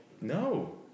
No